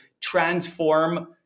transform